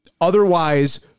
otherwise